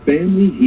Family